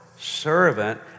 Servant